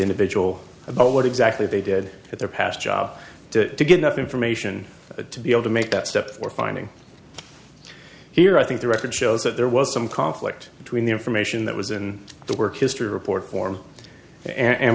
individual about what exactly they did at their past job to get enough information to be able to make that step or finding here i think the record shows that there was some conflict between the information that was in the work history report form and